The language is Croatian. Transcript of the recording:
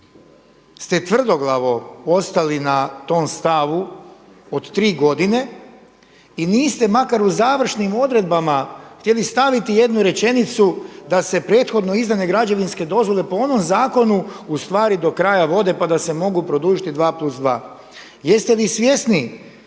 ste tvrdoglavo ostali na tom stavu od tri godine i niste makar u završnim odredbama htjeli staviti jednu rečenicu da se prethodno izdane građevinske dozvole po onom zakonu u stvari do kraja vode, pa da se mogu produžiti dva plus dva. Jeste li svjesni